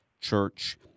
church